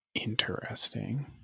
Interesting